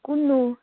কোননো